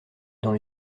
dans